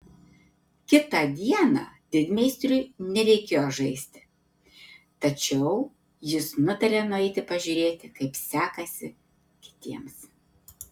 kitą dieną didmeistriui nereikėjo žaisti tačiau jis nutarė nueiti pažiūrėti kaip sekasi kitiems